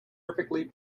perfectly